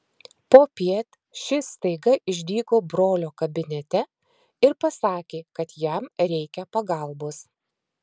popiet šis staiga išdygo brolio kabinete ir pasakė kad jam reikia pagalbos